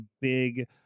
big